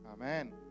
Amen